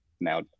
now